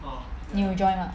你有 join mah